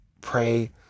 pray